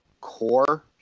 core